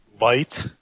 light